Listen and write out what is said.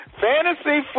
fantasy